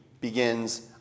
begins